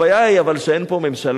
אבל הבעיה היא שאין פה ממשלה,